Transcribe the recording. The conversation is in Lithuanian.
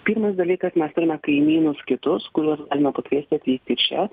pirmas dalykas mes turime kaimynus kitus kuriuos galima pakviesti atvykti čia